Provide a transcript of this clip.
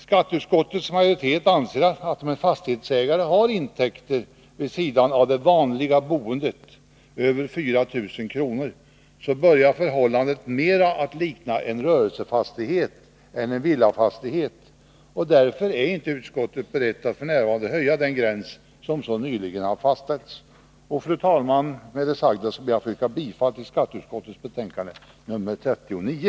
Skatteutskottets majoritet anser, att om en fastighetsägare har intäkter på över 4 000 kr. vid sidan av det vanliga boendet, börjar förhållandet mera att likna en rörelsefastighet än en villafastighet, och därför är utskottet inte berett att f. n. höja den gräns som så nyligen har fastställts. Fru talman! Med det sagda ber jag att få yrka bifall till hemställan i skatteutskottets betänkande nr 39.